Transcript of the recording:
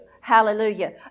Hallelujah